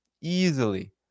easily